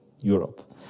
Europe